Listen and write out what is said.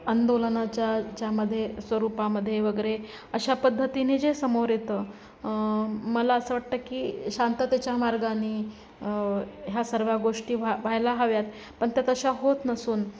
आंदोलनाच्या याच्यामध्ये स्वरूपामध्ये वगैरे अशा पद्धतीने जे समोर येतं मला असं वाटतं की शांततेच्या मार्गानी ह्या सर्व्या गोष्टी व्हा व्हायला हव्यात पण त्या तशा होत नसून